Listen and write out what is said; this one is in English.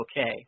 okay